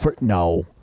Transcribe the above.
No